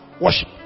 worship